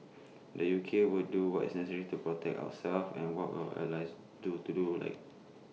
the U K will do what is necessary to protect ourselves and work our allies do to do like